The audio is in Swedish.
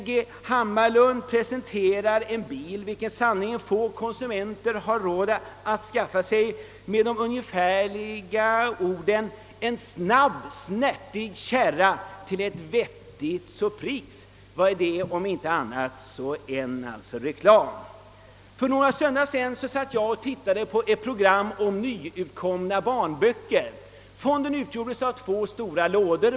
G. Hammarlund presenterar en bil, vilken sannolikt få konsumenter har råd att skaffa sig, med de ungefärliga orden »en snabb, snärtig kärra till ett vettigt pris», vad är det då om inte reklam? För några söndagar sedan tittade jag på ett program om nyutkomna barnböcker. Fonden utgjordes av två stora lådor.